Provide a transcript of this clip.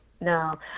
no